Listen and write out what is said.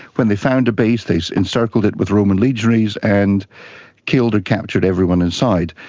when they found a base, they encircled it with roman legionaries and killed or captured everyone in sight.